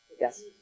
Yes